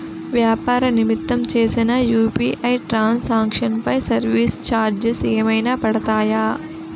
వ్యాపార నిమిత్తం చేసిన యు.పి.ఐ ట్రాన్ సాంక్షన్ పై సర్వీస్ చార్జెస్ ఏమైనా పడతాయా?